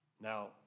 Now